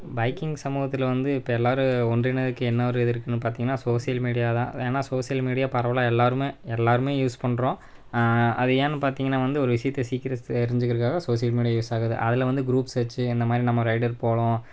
biking சமூகத்தில் வந்து இப்போ எல்லோரும் ஒன்றிணைகிறதுக்கு என்ன ஒரு இது இருக்குதுனு பார்த்திங்கனா சோசியல் மீடியா தான் ஏன்னா சோசியல் மீடியா பரவலாக எல்லோருமே எல்லோருமே யூஸ் பண்ணுறோம் அது ஏன்னு பார்த்திங்கனா வந்து ஒரு விஷயத்த சீக்கிரம் தெரிஞ்சுக்கிறதுக்காக சோசியல் மீடியா யூஸ் ஆகுது அதில் வந்து குரூப்ஸ் வெச்சி இந்தமாதிரி நம்ம ரைடர் போகிறோம்